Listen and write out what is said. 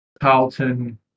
Carlton